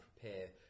prepare